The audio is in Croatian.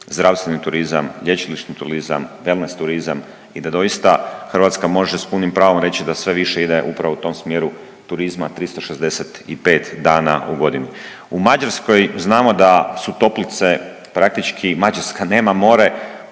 zdravstveni turizam, lječilišni turizam, wellness turizam i da doista Hrvatska može s punim pravom reći da sve više ide upravo u tom smjeru turizma 365 dana u godini. U Mađarskoj znamo da su toplice praktički Mađarska nema more,